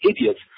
idiots